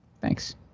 Thanks